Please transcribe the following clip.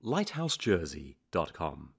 LighthouseJersey.com